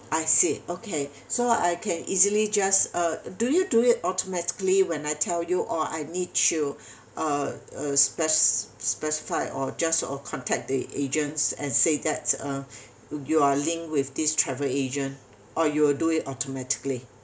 I see okay so I can easily just uh do you do it automatically when I tell you or I need to uh spec~ specify or just uh contact the agents and say that uh you are linked with this travel agent or you will do it automatically